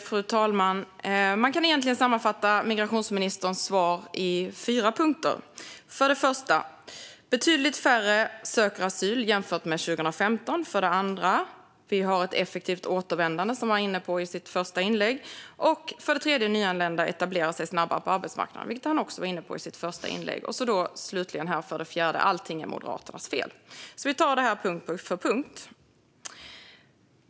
Fru talman! Man kan sammanfatta migrationsministerns svar i fyra punkter: Betydligt färre söker asyl jämfört med 2015. Vi har ett effektivt återvändande, något han var inne på i sitt första inlägg. Nyanlända etablerar sig snabbare på arbetsmarknaden, vilket han också var inne på i det första inlägget. Allting är Moderaternas fel. Låt oss ta detta punkt för punkt.